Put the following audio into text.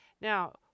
Now